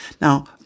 Now